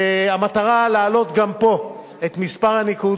המטרה היא להעלות גם פה את הניקוד,